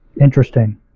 interesting